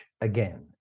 again